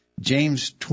James